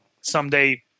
someday